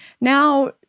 Now